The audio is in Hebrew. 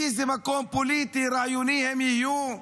באיזה מקום פוליטי-רעיוני הם יהיו?